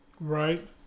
right